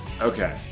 Okay